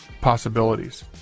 possibilities